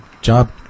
job